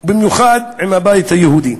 במיוחד עם הבית היהודי.